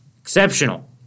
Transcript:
Exceptional